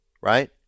right